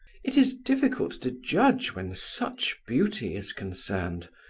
it is difficult to judge when such beauty is concerned.